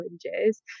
challenges